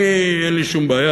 אני, אין לי שום בעיה.